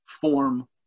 form